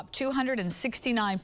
269